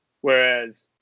Whereas